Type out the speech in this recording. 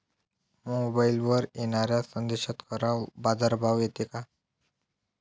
मोबाईलवर येनाऱ्या संदेशात खरा बाजारभाव येते का?